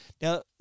Now